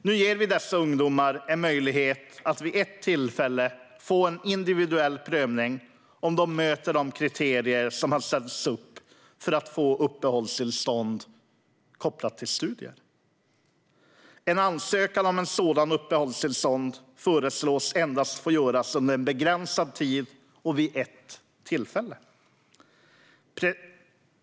Nu ger vi dessa ungdomar en möjlighet att vid ett tillfälle få en individuell prövning, om de möter de kriterier som har ställts upp för att få uppehållstillstånd kopplat till studier. Ansökan om ett sådant uppehållstillstånd föreslås få göras endast under en begränsad tid och vid ett tillfälle.